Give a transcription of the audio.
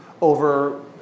over